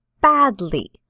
badly